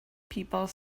people